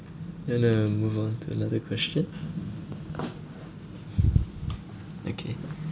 and then I move on to another question okay